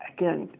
Again